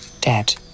dead